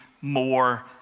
more